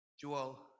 Joel